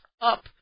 up